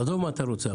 עזוב את מה שאתה רוצה.